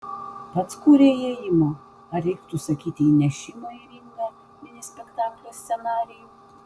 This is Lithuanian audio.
pats kūrei įėjimo ar reiktų sakyti įnešimo į ringą mini spektaklio scenarijų